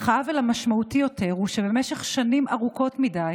אך העוול המשמעותי יותר הוא שבמשך שנים ארוכות מדי